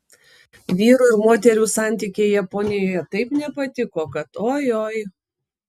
vyrų ir moterų santykiai japonijoje taip nepatiko kad oi oi